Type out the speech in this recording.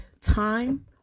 time